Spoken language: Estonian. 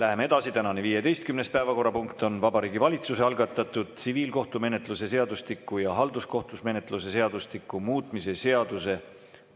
Läheme edasi. Tänane 15. päevakorrapunkt on Vabariigi Valitsuse algatatud tsiviilkohtumenetluse seadustiku ja halduskohtumenetluse seadustiku muutmise seaduse